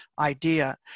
idea